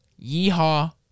Yeehaw